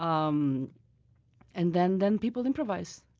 um and then then people improvise.